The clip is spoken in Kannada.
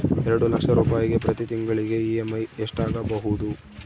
ಎರಡು ಲಕ್ಷ ರೂಪಾಯಿಗೆ ಪ್ರತಿ ತಿಂಗಳಿಗೆ ಇ.ಎಮ್.ಐ ಎಷ್ಟಾಗಬಹುದು?